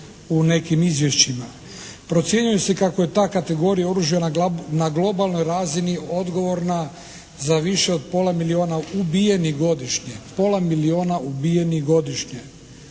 Procjenjuje se kako je ta kategorija oružja na globalnoj razini odgovorna za više od pola milijuna ubijenih godišnje,